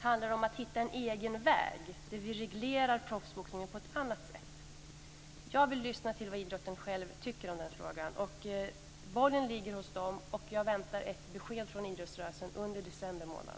Handlar det om att hitta en egen värld där vi reglerar proffsboxningen på ett annat sätt? Jag vill lyssna till vad idrotten själv tycker om den frågan. Bollen ligger hos den. Jag väntar ett besked från idrottsrörelsen under december månad.